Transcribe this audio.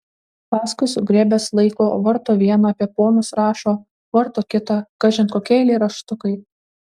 paskui sugriebęs laiko varto vieną apie ponus rašo varto kitą kažin kokie eilėraštukai